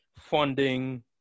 funding